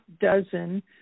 dozen